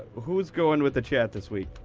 who's going with the chat this week,